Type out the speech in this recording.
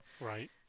Right